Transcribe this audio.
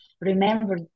remember